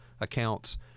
accounts